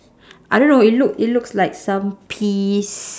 I don't know it look it looks like some peas